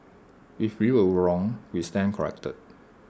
if we are wrong we stand corrected